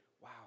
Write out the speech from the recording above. wow